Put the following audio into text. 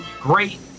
great